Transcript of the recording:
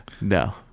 No